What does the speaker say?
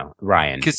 Ryan